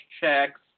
checks